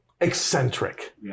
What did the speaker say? eccentric